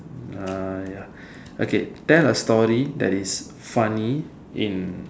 uh ya okay tell a story that is funny in